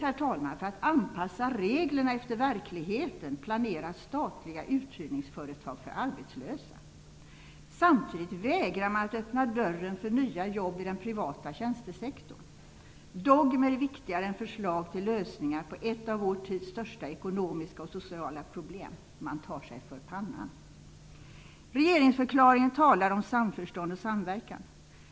I stället för att anpassa reglerna efter verkligheten, planeras statliga uthyrningsföretag för arbetslösa. Samtidigt vägrar man att öppna dörren för nya jobb i den privata tjänstesektorn. Dogmer är viktigare än förslag till lösningar på ett av vår tids största ekonomiska och sociala problem. Man tar sig för pannan! Regeringsförklaringen talar om samförstånd och samverkan.